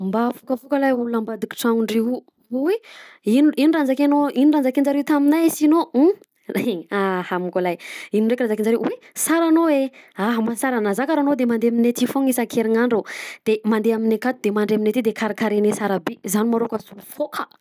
Mba fokafoka lahy olona ambadiky tranondreo io. Oy! Ino raha nozakainao ino raha nozakainjareo taminahy sinao oh hein ha moko ah lahy ino ndreky zakainjareo? Oy! Sara anao ah mba sara anao raha zah karanao de mandeha aminay aty foagna isan-kerinandro de mandeha aminay akato de mandry aminay aty de karakarainay sara be zany ma rô ka sy olo foka.